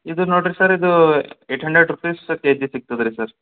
ಇದು ನೋಡಿರಿ ಸರ್ ಇದು ಏಟ್ ಹಂಡ್ರೆಡ್ ರುಪೀಸ್ ಕೆಜಿ ಸಿಕ್ತದೆ ರೀ ಸರ್